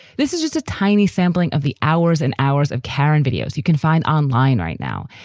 this is just a tiny sampling of the hours and hours of carrin videos you can find online right now.